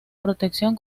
protección